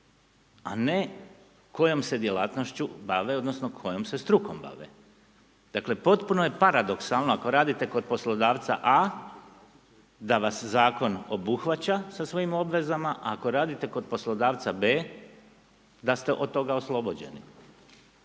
a ne kojom se djelatnošću bave odnosno kojom se strukom bave. Dakle, potpuno je paradoksalno ako radite kod poslodavca A da vas zakon obuhvaća sa svojim obvezama a ako radite kod poslodavca B da ste od toga oslobođeni.